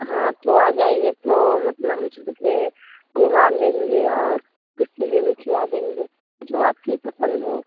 हाँ तो आ जाईए तो मतलब घुमा देंगे और कुछ चीजें भी खिला देंगे जो आपकी पसंद हो